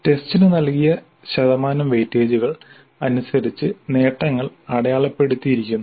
ടെസ്റ്റിന് നൽകിയ ശതമാനം വെയിറ്റേജുകൾ അനുസരിച്ച് നേട്ടങ്ങൾ അടയാളപ്പെടുത്തിയിരിക്കുന്നു